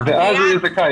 ואז הוא יהיה זכאי.